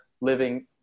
living